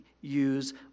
use